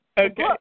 Okay